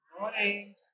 morning